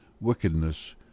WICKEDNESS